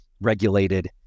regulated